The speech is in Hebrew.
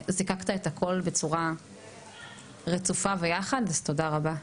זיקקת את הכול בצורה רצופה ויחד, אז תודה רבה.